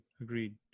agreed